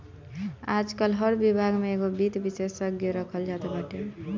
आजकाल हर विभाग में एगो वित्त विशेषज्ञ रखल जात बाने